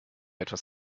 etwas